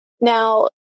Now